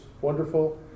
wonderful